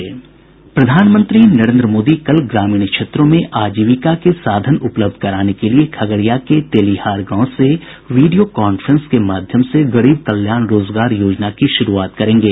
प्रधानमंत्री नरेन्द्र मोदी कल ग्रामीण क्षेत्रों में आजीविका के साधन उपलब्ध कराने के लिए खगड़िया के तेलीहार गांव से वीडियो कांफ्रेंस के माध्यम से गरीब कल्याण रोजगार योजना की शुरूआत करेंगे